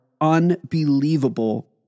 unbelievable